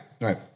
Right